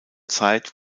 zeit